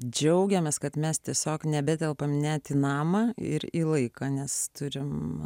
džiaugiamės kad mes tiesiog nebetelpam net į namą ir į laiką nes turim